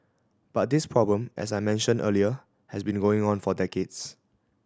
but this problem as I mentioned earlier has been going on for decades